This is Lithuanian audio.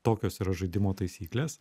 tokios yra žaidimo taisyklės